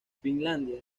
finlandia